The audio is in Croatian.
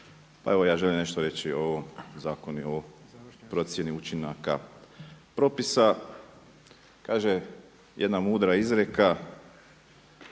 Pa evo ja želim nešto reći o ovom zakonu i ovoj procjeni učinaka propisa. Kaže jedna mudra izreka